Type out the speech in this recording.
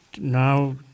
now